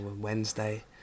Wednesday